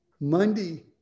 Monday